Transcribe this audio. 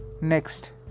Next